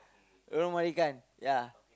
Lorong Marican ya